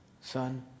Son